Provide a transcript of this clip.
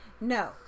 No